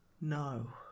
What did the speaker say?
no